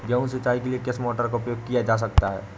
गेहूँ सिंचाई के लिए किस मोटर का उपयोग किया जा सकता है?